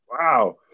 wow